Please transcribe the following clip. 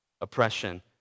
oppression